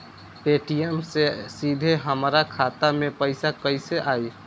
Paytm से सीधे हमरा खाता मे पईसा कइसे आई?